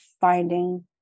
finding